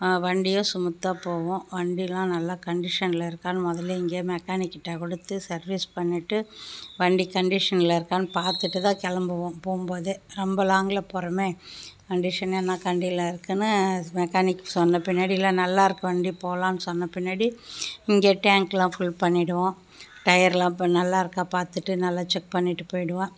வண்டியும் ஸ்மூத்தாக போகும் வண்டியெலாம் நல்ல கண்டக்ஷனில் இருக்கான்னு முதல்லயே இங்கேயே மெக்கானிக் கிட்டே கொடுத்து சர்வீஸ் பண்ணிவிட்டு வண்டி கண்டிஷனில் இருக்கான்னு பார்த்துட்டு தான் கிளம்புவோம் போகும்போதே ரொம்ப லாங்கில் போகிறோமே கண்டிஷன் என்ன கண்டியில் இருக்குதுன்னு மெக்கானிக் சொன்ன பின்னாடி எல்லாம் நல்லாயிருக்கு வண்டி போகலான்னு சொன்ன பின்னாடி இங்கேயே டேங்க்யெலாம் ஃபில் பண்ணிவிடுவோம் டயரெலாம் நல்லாயிருக்கா பார்த்துட்டு நல்லா செக் பண்ணிவிட்டு போய்விடுவோம்